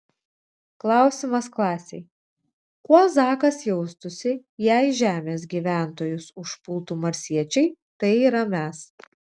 klausimas klasei kuo zakas jaustųsi jei žemės gyventojus užpultų marsiečiai tai yra mes